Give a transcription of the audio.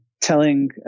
telling